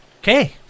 okay